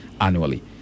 annually